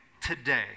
today